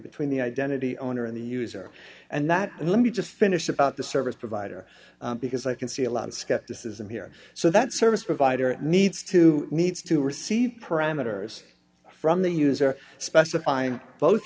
between the identity owner and the user and that let me just finish about the service provider because i can see a lot of skepticism here so that service provider needs to needs to receive parameters from the user specifying both